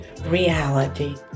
reality